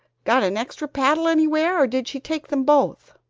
got an extra paddle anywhere, or did she take them both?